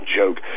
joke